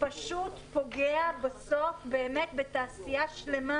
פשוט פוגע בסוף באמת בתעשייה שלמה,